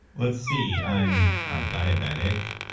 let's see, i'm diabetic,